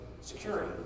security